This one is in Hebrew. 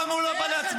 למה הוא לא בא להצביע?